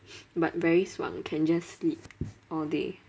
but very 爽 can just sleep all day